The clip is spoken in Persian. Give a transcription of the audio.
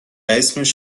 اسمش